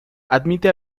admite